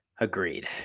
Agreed